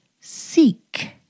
Seek